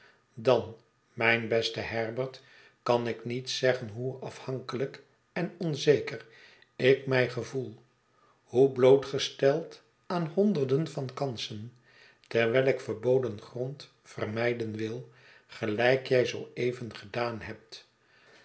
dan mijn beste herbert kan ik niet zeggen hoe afhankelijk en onzeker ik mij gevoel hoe blootgesteld aan honderden van kansen terwijl ik verboden grond vermyden wil gelijk jij zoo even gedaan hebt